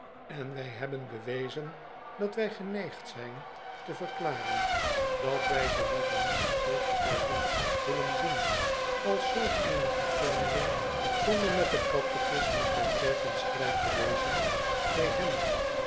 en wij hebben bewezen dat wij geneigd zijn te verklaren dat wij ze liever niet verkeerd geregeld willen zien als zulk éene verklaring zonder met den catechismus der kerk in strijd te wezen bij hen